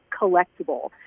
collectible